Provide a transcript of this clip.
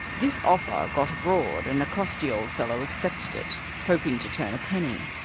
this offer got abroad, and a crusty old fellow accepted it, hoping to turn a penny.